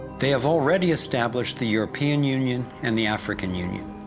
they have already established the european union and the african union.